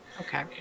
Okay